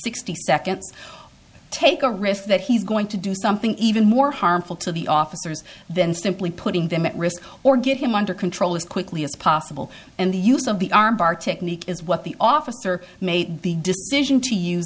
sixty seconds or take a risk that he's going to do something even more harmful to the officers than simply putting them at risk or get him under control as quickly as possible and the use of the arm bar technique is what the officer made the decision to